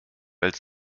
als